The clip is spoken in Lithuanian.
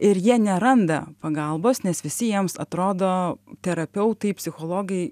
ir jie neranda pagalbos nes visi jiems atrodo terapeutai psichologai